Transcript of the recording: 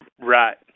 Right